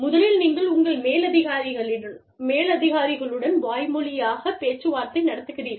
முதலில் நீங்கள் உங்கள் மேலதிகாரிகளுடன் வாய் மொழியாகப் பேச்சுவார்த்தை நடத்துகிறீர்கள்